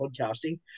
podcasting